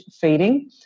feeding